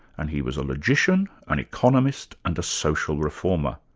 and he was logician, an economist and a social reformer.